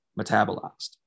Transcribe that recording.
metabolized